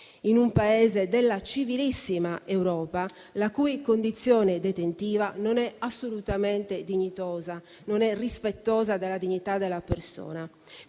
in un Paese della "civilissima" Europa, la cui condizione detentiva non è assolutamente dignitosa, né rispettosa della dignità della persona.